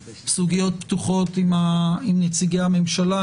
סוגיות פתוחות עם נציגי הממשלה,